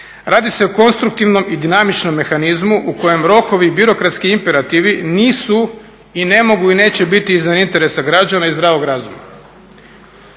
Radi se o konstruktivnom i dinamičnom mehanizmu u kojem rokovi i birokratski imperativi nisu i ne mogu i neće biti iznad interesa građana i zdravog razuma.